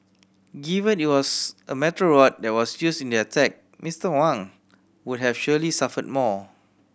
given it was a metal rod that was used in the attack Mister Wang would have surely suffered more